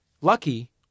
Lucky